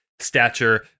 stature